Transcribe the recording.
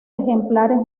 ejemplares